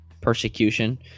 persecution